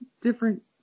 different